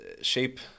shape